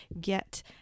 get